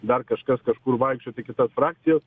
dar kažkas kažkur vaikščiot į kitas frakcijas